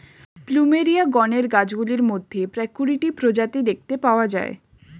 plumeria গণের গাছগুলির মধ্যে প্রায় কুড়িটি প্রজাতি দেখতে পাওয়া যায়